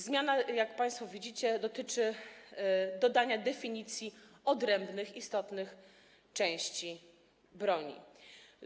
Zmiana, jak państwo widzicie, dotyczy dodania definicji odrębnych istotnych części broni.